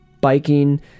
biking